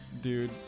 Dude